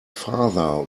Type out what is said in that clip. father